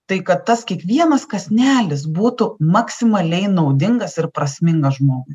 tai kad tas kiekvienas kąsnelis būtų maksimaliai naudingas ir prasmingas žmogui